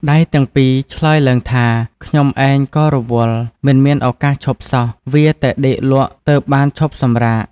ដៃទាំងពីរឆ្លើយឡើងថា "ខ្ញុំឯង ក៏រវល់មិនមាន ឱកាសឈប់សោះ វៀរតែដេកលក់ទើបបានឈប់សម្រាក។